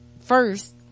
first